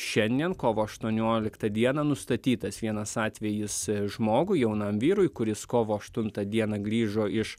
šiandien kovo aštuonioliktą dieną nustatytas vienas atvejis žmogui jaunam vyrui kuris kovo aštuntą dieną grįžo iš